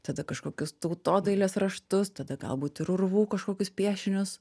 tada kažkokius tautodailės raštus tada galbūt ir urvų kažkokius piešinius